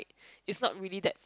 is not really that